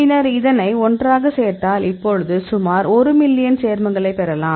பின்னர் இதனை ஒன்றாக சேர்த்தால் இப்போது சுமார் 1 மில்லியன் சேர்மங்களைப் பெறலாம்